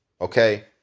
okay